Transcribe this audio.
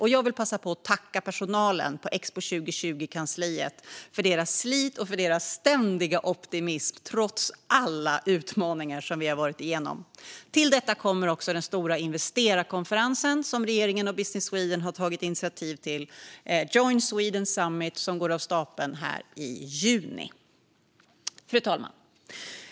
Jag vill passa på att tacka personalen på Expo 2020-kansliet för deras slit och för deras ständiga optimism trots alla utmaningar som vi har varit igenom. Till detta kommer också den stora investerarkonferens som regeringen och Business Sweden har tagit initiativ till, Join Sweden Summit, som går av stapeln i juni. Fru talman!